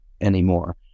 anymore